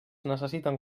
necessiten